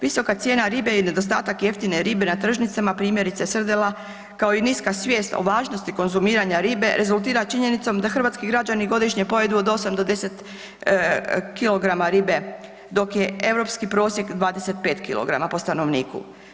Visoka cijena ribe i nedostatak jeftine ribe na tržnicama, primjerice srdela kao i niska svijest o važnosti konzumiranja ribe rezultira činjenicom da hrvatski građani godišnje pojedu od 8 do 10 kg ribe dok je europski prosjek 25 kg po stanovniku.